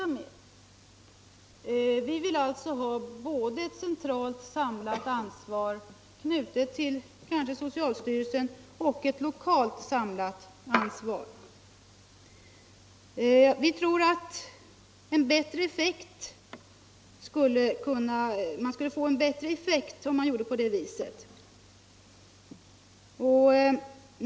Vi vill alltså ha både ett centralt samlat ansvar, kanske knutet till socialstyrelsen, och ett lokalt samlat ansvar. Vi tror att man skulle få en bättre effekt om man gjorde så.